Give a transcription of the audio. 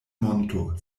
monto